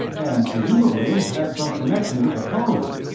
and presumably had some connection with the colony,